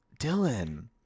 Dylan